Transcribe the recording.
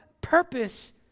purpose